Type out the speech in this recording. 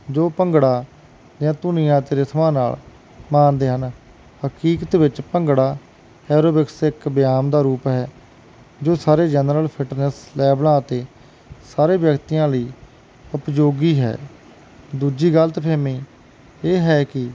ਜੋ ਭੰਗੜਾ ਜਾ ਧੁਨੀਆਂ ਨਾਲ ਮਾਨਦੇ ਹਨ ਹਕੀਕਤ ਵਿੱਚ ਭੰਗੜਾ ਐਰੋਬਿਕਸ ਸਿੱਖ ਬਿਆਨ ਦਾ ਰੂਪ ਹੈ ਜੋ ਸਾਰੇ ਜਨਰਲ ਫਿਟਨੈਸ ਲੈ ਬਣਾ ਤੇ ਸਾਰੇ ਵਿਅਕਤੀਆਂ ਲਈ ਉਪਯੋਗੀ ਹੈ ਦੂਜੀ ਗਲਤਫਹਿਮੀ ਇਹ ਹੈ ਕੀ